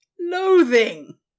loathing